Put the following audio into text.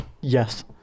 Yes